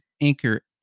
Anchor